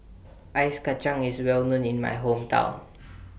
Ice Kachang IS Well known in My Hometown